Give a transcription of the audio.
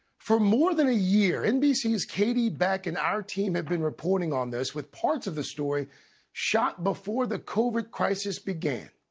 for more than a year, nbc's katie beck and our team have been reporting on it with parts of the story shot before the covid crisis began.